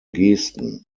gesten